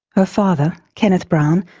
her father, kenneth brown,